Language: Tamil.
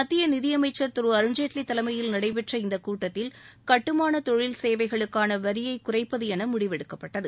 மத்திய நிதியஸமச்சர் திரு அருண்ஜேட்லி தலைமயில் நடைபெற்ற இந்தக் கூட்டத்தில் கட்டுமான தொழில் சேவைகளுக்கான வரியை குறைப்பது என முடிவெடுக்கப்பட்டது